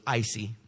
icy